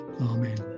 Amen